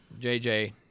JJ